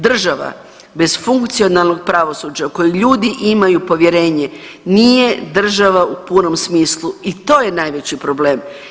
Država bez funkcionalnog pravosuđa u koje ljudi imaju povjerenje nije država u punom smislu i to je najveći problem.